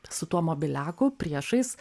su tuo mobiliaku priešais